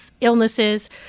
illnesses